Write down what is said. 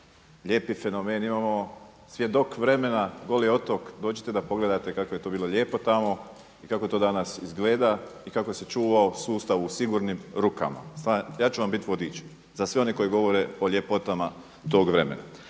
lijepi fenomen, imamo svjedok vremena Goli otok. Dođite da pogledate kako je to bilo lijepo tamo i kako to danas izgleda i kako se čuvao sustav u sigurnim rukama. Ja ću vam bit vodič za sve one koji govore o ljepotama tom vremena.